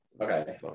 Okay